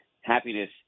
happiness